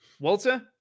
walter